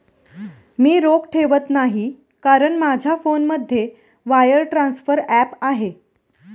मी रोख ठेवत नाही कारण माझ्या फोनमध्ये वायर ट्रान्सफर ॲप आहे